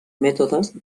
mètodes